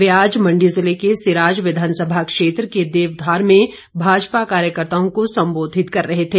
वे आज मंडी जिले के सिराज विधानसभा क्षेत्र के देवधार में भाजपा कार्यकर्ताओं को संबोधित कर रहे थे